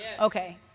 Okay